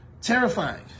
terrifying